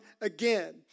again